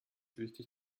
wichtig